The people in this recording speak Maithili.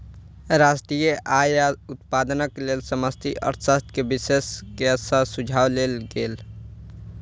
राष्ट्रीय आय आ उत्पादनक लेल समष्टि अर्थशास्त्र के विशेषज्ञ सॅ सुझाव लेल गेल